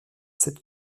sept